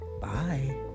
Bye